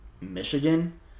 Michigan